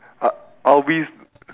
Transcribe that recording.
I I'll be